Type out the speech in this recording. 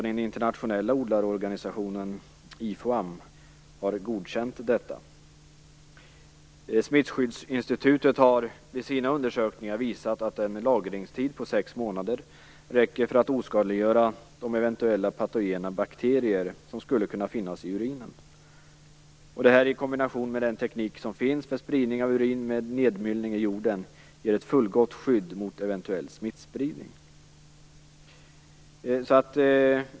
Den internationella odlarorganisationen IFOAM har också godkänt detta. Smittskyddsinstitutet har i sina undersökningar visat att en lagringstid på sex månader räcker för att oskadliggöra de eventuella patogena bakterier som skulle kunna finnas i urinen. I kombination med den teknik som finns för spridning av urin med nedmyllning i jorden ger detta ett fullgott skydd mot eventuell smittspridning.